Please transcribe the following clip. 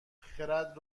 خرد